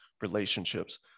relationships